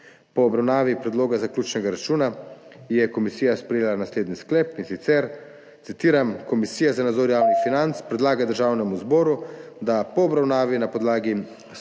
Po obravnavi predloga zaključnega računa je komisija sprejela naslednji sklep, in sicer: Komisija za nadzor javnih financ predlaga Državnemu zboru, da po obravnavi na podlagi